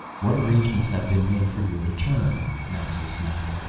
what arrangements have been made for your return? naxa snapped.